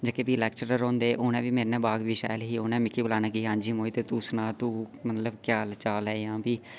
जेह्ड़े लैक्चरर होंदे हे उ'नें बी मेरे ने बाकफी शैल ही मिकी बलाने दी मोहित इ'या सना मोहित तू क्या हाल चाल ऐ